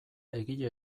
egile